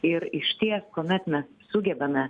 ir išties kuomet mes sugebame